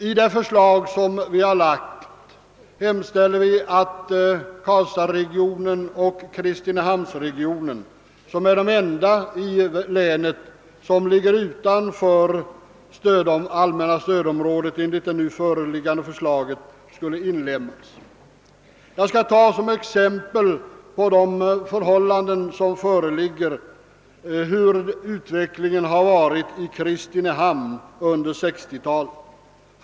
I de förslag vi lagt fram hemställer vi att Karlstadsregionen och Kristinehamnsregionen, som är de enda i länet som ligger utanför det allmänna stödområdet enligt det nu föreliggande förslaget, skall inlemmas i detta. Jag skall ta som exempel på de förhållanden som föreligger utvecklingen i Kristinehamn under 1960-talet.